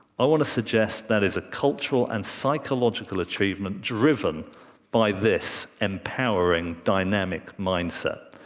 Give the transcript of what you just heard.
i want to suggest that is a cultural and psychological achievement driven by this empowering, dynamic mindset.